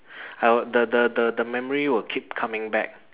the the the memory would keep coming back